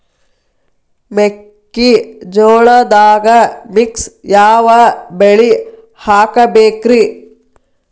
ಮೆಕ್ಕಿಜೋಳದಾಗಾ ಮಿಕ್ಸ್ ಯಾವ ಬೆಳಿ ಹಾಕಬೇಕ್ರಿ?